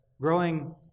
growing